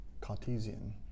Cartesian